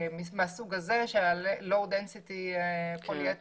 מהסוג הזה, של low density polyethylene.